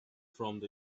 from